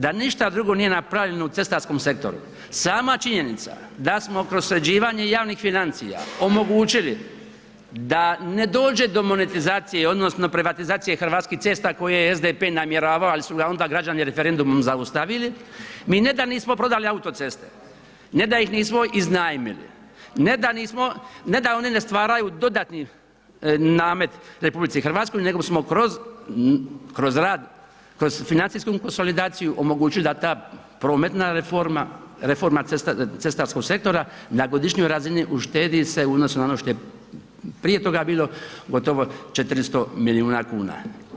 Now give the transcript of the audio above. Da ništa drugo nije napravljeno u cestarskom sektoru, sama činjenica da smo kroz sređivanje javnih financija omogućili da ne dođe do monetizacije odnosno privatizacije hrvatskih cesta koje je SDP namjeravao ali su ga onda građani referendumom zaustavili, mi ne da nismo prodali autoceste, ne da ih nismo iznajmili, ne da nismo, ne da one ne stvaraju dodati namet RH, nego smo kroz rad, kroz financijsku konsolidaciju omogućili da ta prometna reforma, reforma cestarskog sektora na godišnjoj razini uštedi se u odnosu na ono što je prije toga bilo gotovo 400 miliona kuna.